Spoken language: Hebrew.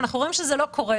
אבל אנחנו רואים שזה לא קורה.